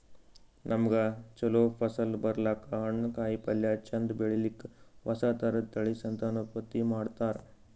ನಮ್ಗ್ ಛಲೋ ಫಸಲ್ ಬರ್ಲಕ್ಕ್, ಹಣ್ಣ್, ಕಾಯಿಪಲ್ಯ ಚಂದ್ ಬೆಳಿಲಿಕ್ಕ್ ಹೊಸ ಥರದ್ ತಳಿ ಸಂತಾನೋತ್ಪತ್ತಿ ಮಾಡ್ತರ್